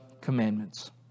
commandments